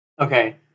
okay